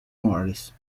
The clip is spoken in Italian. morris